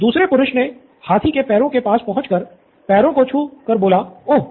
दूसरे पुरुष ने हाथी के पैरों के पास पहुँच कर पैरों को छू कर बोला ओह